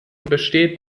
besteht